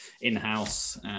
in-house